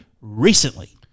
recently